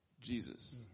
Jesus